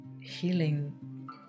healing